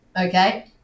okay